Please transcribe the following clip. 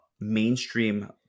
mainstream